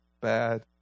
bad